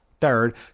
Third